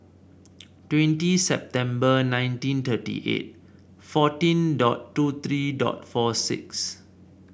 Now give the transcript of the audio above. twenty September nineteen thirty eight fourteen dot two three dot four six